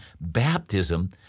baptism